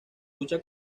lucha